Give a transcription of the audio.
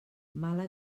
mala